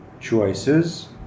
choices